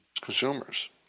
consumers